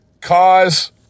Cause